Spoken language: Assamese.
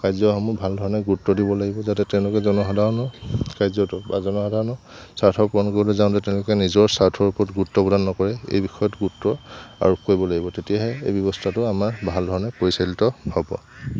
কাৰ্যসমূহ ভাল ধৰণে গুৰুত্ব দিব লাগিব যাতে তেওঁলোকে জনসাধাৰণৰ কাৰ্যটো বা জনসাধাৰণৰ স্বাৰ্থ পূৰণ কৰিবলৈ যাওঁতে তেওঁলোকে নিজৰ স্বাৰ্থৰ ওপৰত গুৰুত্ব প্ৰদান নকৰে এই বিষয়ত গুৰুত্ব আৰোপ কৰিব লাগিব তেতিয়াহে এই ব্যৱস্থাটো আমাৰ ভাল ধৰণে পৰিচালিত হ'ব